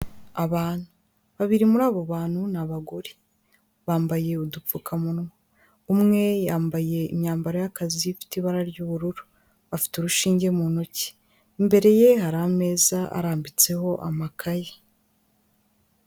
Abantu babiri muri abo bantu ni abagore bambaye udupfukamunwa, umwe yambaye imyambaro y'akazi ifite ibara ry'ubururu afite urushinge mu ntoki, imbere ye hari ameza arambitseho amakaye.